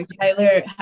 Tyler